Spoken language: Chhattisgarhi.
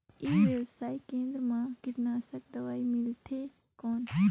ई व्यवसाय केंद्र मा कीटनाशक दवाई मिलथे कौन?